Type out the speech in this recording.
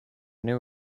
new